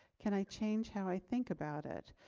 can i change how i think about it,